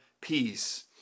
peace